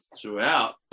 throughout